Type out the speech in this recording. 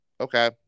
Okay